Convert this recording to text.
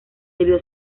debió